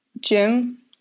Gym